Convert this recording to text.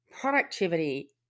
productivity